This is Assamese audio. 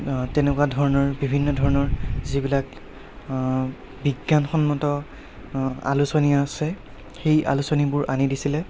তেনেকুৱা ধৰণৰ বিভিন্ন ধৰণৰ যিবিলাক বিজ্ঞানসন্মত আলোচনী আছে সেই আলোচনীবোৰ আনি দিছিলে